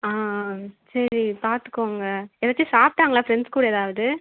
ஆ ஆ சரி பார்த்துக்கோங்க ஏதாச்சும் சாப்பிட்டாங்களா ஃப்ரெண்ட்ஸ் கூட ஏதாவது